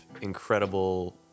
incredible